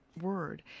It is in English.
word